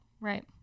Right